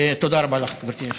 תודה רבה לך, גברתי היושבת-ראש.